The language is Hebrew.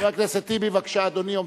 חבר הכנסת טיבי, בבקשה, אדוני.